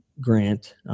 Grant